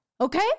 okay